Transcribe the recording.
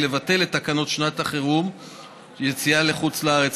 היא לבטל את תקנות שעת חירום (יציאה לחוץ לארץ),